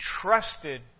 trusted